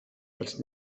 els